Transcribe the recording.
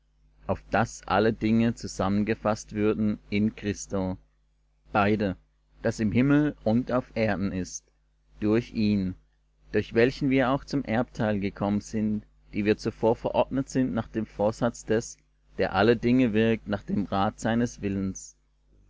auf daß alle dinge zusammengefaßt würden in christo beide das im himmel und auf erden ist durch ihn durch welchen wir auch zum erbteil gekommen sind die wir zuvor verordnet sind nach dem vorsatz des der alle dinge wirkt nach dem rat seines willens